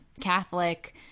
Catholic